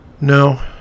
No